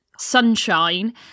sunshine